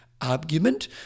argument